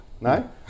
No